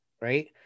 Right